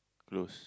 close